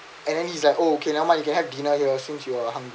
and then he's like okay never mind you can have dinner here since you are hungry